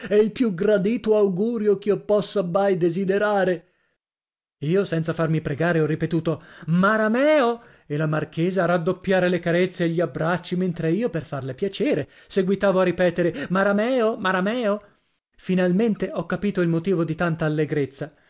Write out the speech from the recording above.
e il più gradito augurio ch'io possa mai desiderare io senza farmi pregare ho ripetuto marameo e la marchesa a raddoppiare le carezze e gli abbracci mentre io per farle piacere seguitavo a ripetere marameo marameo finalmente ho capito il motivo di tanta allegrezza la